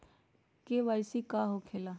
KYC का होला?